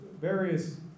various